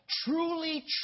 Truly